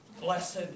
blessed